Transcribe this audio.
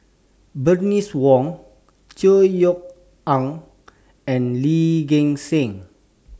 Bernice Wong Chor Yeok Eng and Lee Gek Seng